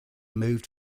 moved